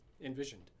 envisioned